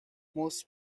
most